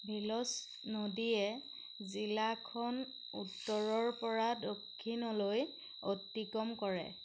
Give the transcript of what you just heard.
ভিলছ নদীয়ে জিলাখন উত্তৰৰপৰা দক্ষিণলৈ অতিক্ৰম কৰে